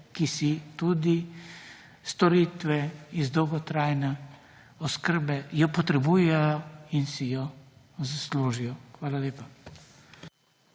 ki si tudi storitve iz dolgotrajne oskrbe jo potrebujejo in si jo zaslužijo. Hvala lepa.